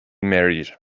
married